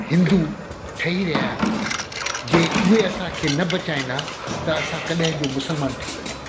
हिंदू ठही रहिया आहियूं जे उहे असां के न बचायनि आहे त असां कॾहिं जो मुस्लमान ठही वञू हा